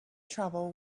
trouble